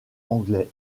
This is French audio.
anglais